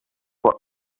were